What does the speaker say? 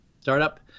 startup